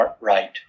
right